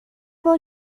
بار